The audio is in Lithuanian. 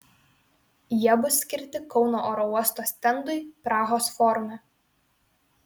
jie bus skirti kauno oro uosto stendui prahos forume